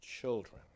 children